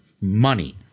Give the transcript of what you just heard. money